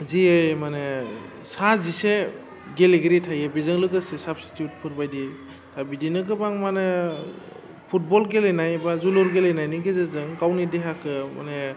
जि माने सा जिसे गेलेगिरि थायो बेजों लोगोसे साब्सटिटिउटफोर बायदि बिदिनो गोबां मानि फुटबल गेलेनाय बा जोलुर गेलेनायनि गेजेरजों गावनि देहाखौ माने